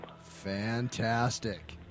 Fantastic